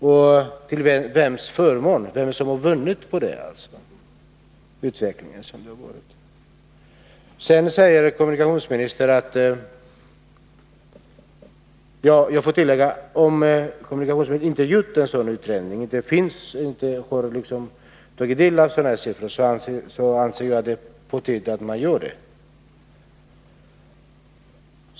Och till vems förmån har detta varit, vem är den som har vunnit på denna utveckling? Om kommunikationsministern inte gjort en sådan utredning och liksom inte tagit del av de här siffrorna, anser jag att det är på tiden att man gör det.